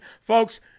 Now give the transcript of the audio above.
folks